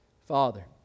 Father